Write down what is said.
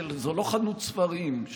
זו לא חנות ספרים,